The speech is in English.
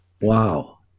Wow